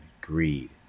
greed